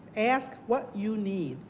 ask what you need.